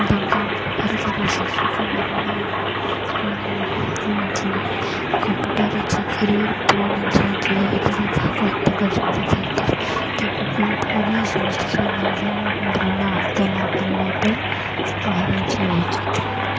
ତାଙ୍କଆଙ୍କର ଘରେ ଥିବା ଶିଶୁକୁ ଭୃଣ କମ୍ପ୍ୟୁଟର୍ରେ ଚେକ୍ କରିବାରୁ ପୁଅ ନା ଝିଅ ଝିଅ ହୋଇଥିଲେ ତାହାକୁ ହତ୍ୟା କରି ତା ପୁଅ ଝିଅ ସମସ୍ତେ ସ ଭୃଣ ହତ୍ୟା ନ କରିବା ପାଇଁ କୁହାଯାଇଛିି ଏହି ଚିତ୍ର